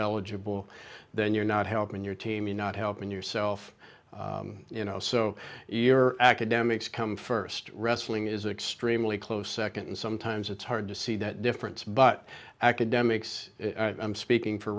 eligible then you're not helping your team you're not helping yourself you know so you're academics come first wrestling is an extremely close second and sometimes it's hard to see that difference but academics i'm speaking for